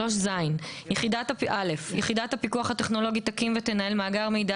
מאגר מידע 3ז. (א)יחידת הפיקוח הטכנולוגי תקים ותנהל מאגר מידע